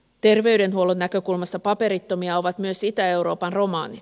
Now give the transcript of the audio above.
terveydenhuollon näkökulmasta paperittomia ovat myös itä euroopan romanit